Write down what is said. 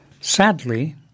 Sadly